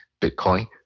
Bitcoin